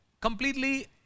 completely